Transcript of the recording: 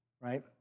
right